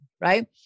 right